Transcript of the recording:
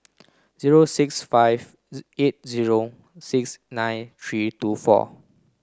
zero six five eight zero six nine three two four